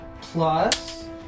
plus